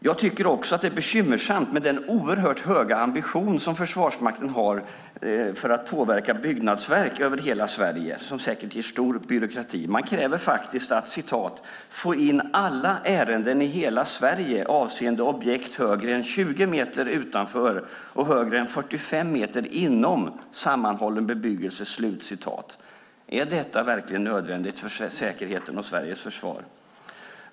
Jag tycker också att det är bekymmersamt med den oerhört höga ambition som Försvarsmakten har när det gäller att påverka byggnadsverk över hela Sverige, något som säkert orsakar mycket byråkrati. Man kräver faktiskt att "få in alla ärenden i hela Sverige avseende objekt högre än 20 meter utanför och högre än 45 meter inom sammanhållen bebyggelse". Är detta verkligen nödvändigt för säkerheten och Sveriges försvar?